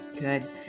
good